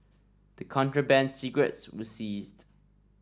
the contraband cigarettes were seized